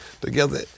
together